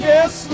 Yes